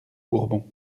bourbons